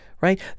right